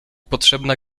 potrzebna